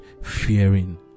fearing